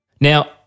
Now